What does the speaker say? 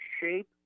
shape